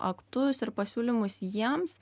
aktus ir pasiūlymus jiems